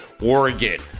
Oregon